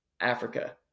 Africa